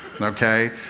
okay